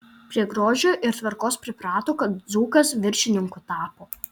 prie grožio ir tvarkos priprato kai dzūkas viršininku tapo